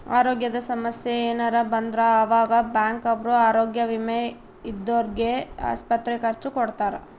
ಅರೋಗ್ಯದ ಸಮಸ್ಸೆ ಯೆನರ ಬಂದ್ರ ಆವಾಗ ಬ್ಯಾಂಕ್ ಅವ್ರು ಆರೋಗ್ಯ ವಿಮೆ ಇದ್ದೊರ್ಗೆ ಆಸ್ಪತ್ರೆ ಖರ್ಚ ಕೊಡ್ತಾರ